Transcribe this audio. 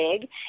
big